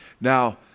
Now